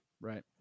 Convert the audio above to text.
right